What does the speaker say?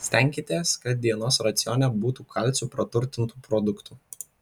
stenkitės kad dienos racione būtų kalciu praturtintų produktų